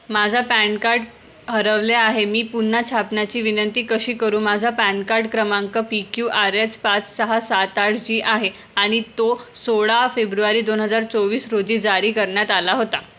माझा PAN card हरवलं आहे मी पुन्हा छापण्याची विनंती कशी करू माझा पॅन कार्ड क्रमांक पी क्यू आर एच पाच सहा सात आठ जी आहे आणि तो सोळा फेब्रुवारी दोन हजार चोवीस रोजी जारी करण्यात आला होता